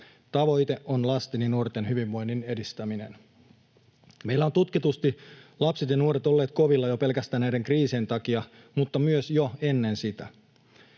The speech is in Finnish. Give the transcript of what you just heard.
Tavoite on lasten ja nuorten hyvinvoinnin edistäminen. Meillä ovat tutkitusti lapset ja nuoret olleet kovilla jo pelkästään näiden kriisien takia, mutta myös jo ennen sitä.